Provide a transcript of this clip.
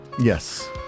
Yes